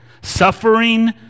Suffering